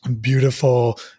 beautiful